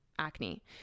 acne